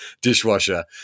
dishwasher